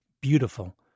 beautiful